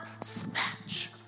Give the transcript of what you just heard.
snatch